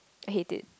headache